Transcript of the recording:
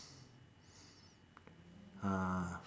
uh